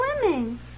swimming